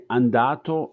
andato